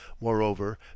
Moreover